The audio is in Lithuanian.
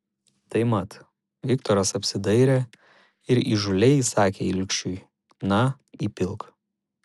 tai mat viktoras apsidairė ir įžūliai įsakė ilgšiui na įpilk